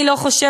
אני לא חושבת,